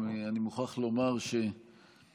מיקי לוי וסמי אבו שחאדה